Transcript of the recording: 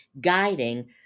guiding